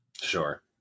Sure